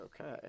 okay